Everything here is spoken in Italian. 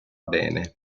bene